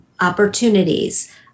opportunities